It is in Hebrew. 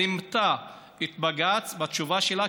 רימתה את בג"ץ בתשובה שלה,